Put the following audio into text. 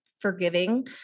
forgiving